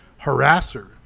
harasser